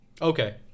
Okay